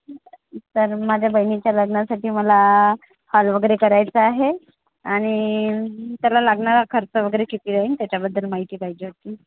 तर माझ्या बहिणीच्या लग्नासाठी मला हॉल वगैरे करायचा आहे आणि त्याला लागणारा खर्च वगैरे किती येईन त्याच्याबद्दल माहिती पाहिजे होती